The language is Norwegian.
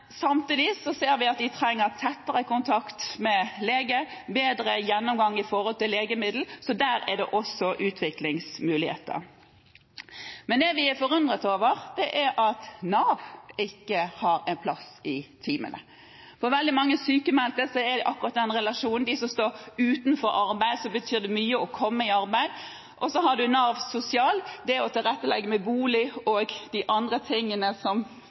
samtidig ser vi at de trenger tettere kontakt med lege og bedre gjennomgang når det gjelder legemidler, så der er det også utviklingsmuligheter. Det vi er forundret over, er at Nav ikke har en plass i teamene. For veldig mange sykmeldte er akkurat den relasjonen viktig, for dem som står utenfor arbeid, betyr det mye å komme i arbeid. Og så har vi Nav sosial – det å tilrettelegge med bolig og de andre tingene som